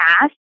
past